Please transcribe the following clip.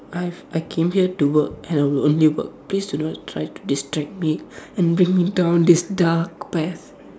I've I came here to work and I'll only work please do not try to distract me and bring me down this dark path